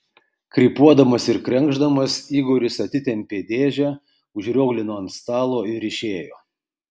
krypuodamas ir krenkšdamas igoris atitempė dėžę užrioglino ant stalo ir išėjo